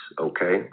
okay